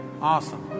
Awesome